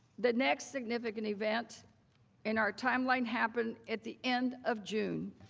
the next significant event in our timeline happened at the end of june.